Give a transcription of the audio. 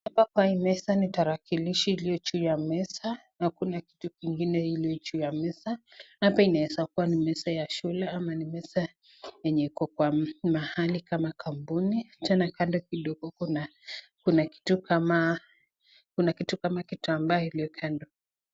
Hapa kwa hii meza ni tarakilishi iliyo juu ya meza na kuna kitu kingine iliyo juu ya meza. Hapa inaeza kuwa ni meza ya shule ama ni meza yenye ilo kwa mahali kama kampuni. Tena kando kidogo kuna kitu kama, kuna kitu kama kitambaa iliyo kando.